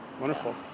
Wonderful